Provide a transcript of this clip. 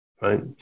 right